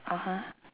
(uh huh)